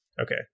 Okay